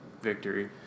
victory